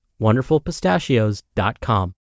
wonderfulpistachios.com